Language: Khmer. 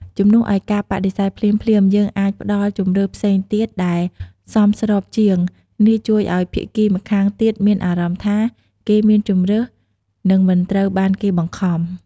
ជំនួសឲ្យការបដិសេធភ្លាមៗ យើងអាចផ្តល់ជម្រើសផ្សេងទៀតដែលសមស្របជាង នេះជួយឲ្យភាគីម្ខាងទៀតមានអារម្មណ៍ថាគេមានជម្រើស និងមិនត្រូវបានគេបង្ខំ។